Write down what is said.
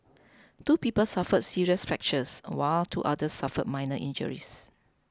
two people suffered serious fractures while two others suffered minor injuries